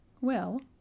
Well